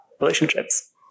relationships